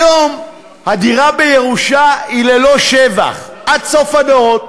היום הדירה בירושה היא ללא מס שבח עד סוף הדורות.